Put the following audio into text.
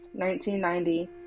1990